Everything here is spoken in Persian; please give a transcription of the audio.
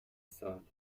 سال